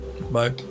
Bye